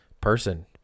person